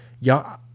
y'all